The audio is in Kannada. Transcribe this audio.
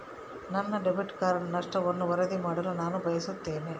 ನನ್ನ ಡೆಬಿಟ್ ಕಾರ್ಡ್ ನಷ್ಟವನ್ನು ವರದಿ ಮಾಡಲು ನಾನು ಬಯಸುತ್ತೇನೆ